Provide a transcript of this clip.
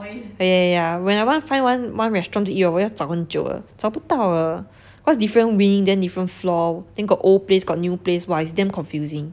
eh yeah yeah yeah when I want to find one one restaurant to eat right 我要找很久的找不到的 cause different wing then different floor then got old place got new place !wah! it's damn confusing